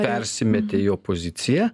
persimetė į opoziciją